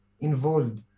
involved